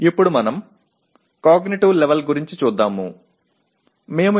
இப்போது நாம் அறிவாற்றல் நிலைக்கு வருவோம்